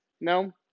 No